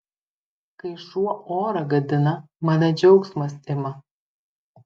kai šuo orą gadina mane džiaugsmas ima